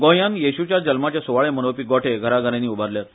गोंयान येशूच्या जल्माचे सुवाळे मनोवपी गोठे घराघरांनी उबारल्यात